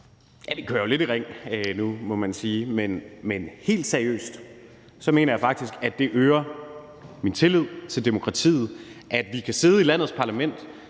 Det kører jo lidt i ring nu, må man sige. Men helt seriøst mener jeg faktisk, at det øger min tillid til demokratiet, at vi kan sidde i landets parlament,